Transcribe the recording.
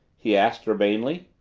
he asked urbanely.